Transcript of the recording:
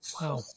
Wow